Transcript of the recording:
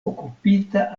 okupita